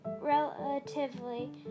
relatively